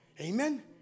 Amen